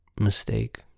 mistake